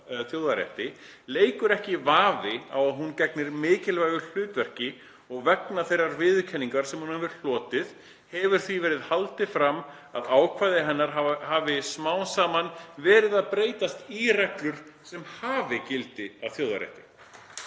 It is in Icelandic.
leikur ekki vafi á að hún gegnir mikilvægu hlutverki og vegna þeirrar viðurkenningar, sem hún hefur hlotið, hefur því verið haldið fram að ákvæði hennar hafi smá saman verið að breytast í reglur sem hafi gildi að þjóðarétti.